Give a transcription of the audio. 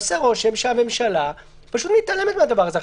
עושה רושם שהממשלה פשוט מתעלמת מהדבר הזה.